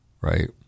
right